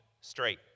straight